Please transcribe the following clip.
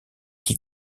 qui